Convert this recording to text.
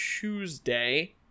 Tuesday